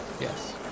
Yes